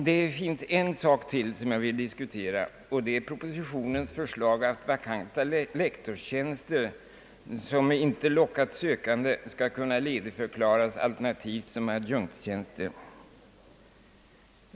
Det finns en sak till som jag vill diskutera, och det är propositionens förslag att vakanta lektorstjänster som inte lockat sökande skall kunna ledigförklaras alternativt som adjunktstjänster.